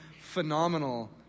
phenomenal